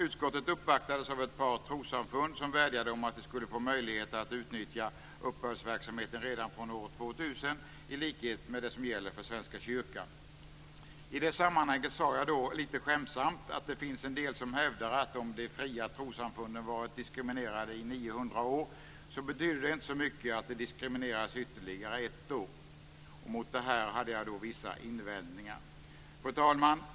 Utskottet uppvaktades av ett par trossamfund som vädjade om att de skulle få möjligheter att utnyttja uppbördsverksamheten redan från år 2000, i likhet med vad som gäller för Svenska kyrkan. I det sammanhanget sade jag då lite skämtsamt att det finns en del som hävdar att om de fria trossamfunden varit diskriminerade i 900 år betyder det inte så mycket att de diskrimineras ytterligare ett år. Mot detta hade jag då vissa invändningar. Fru talman!